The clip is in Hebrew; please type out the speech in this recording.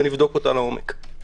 ונבדוק אותה לעומק.